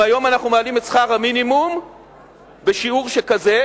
אם היום אנחנו מעלים את שכר המינימום בשיעור שכזה,